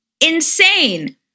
insane